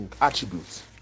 attributes